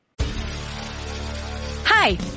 Hi